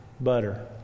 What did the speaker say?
butter